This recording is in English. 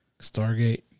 Stargate